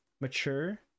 mature